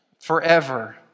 forever